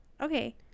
Okay